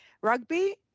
rugby